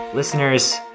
Listeners